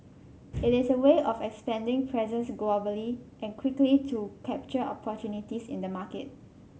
it is a way of expanding presence globally and quickly to capture opportunities in the market